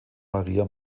maria